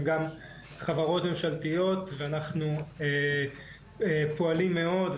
גם חברות ממשלתיות ואנחנו פועלים מאוד.